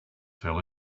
fell